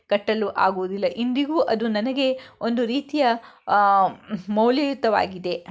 ಕಟ್ಟಲು ಆಗುವುದಿಲ್ಲ ಇಂದಿಗೂ ಅದು ನನಗೆ ಒಂದು ರೀತಿಯ ಮೌಲ್ಯಯುತವಾಗಿದೆ